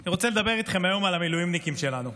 אני רוצה לדבר איתכם היום על המילואימניקים שלנו,